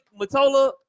Matola